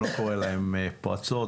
לא קורא להם פרצות,